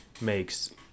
makes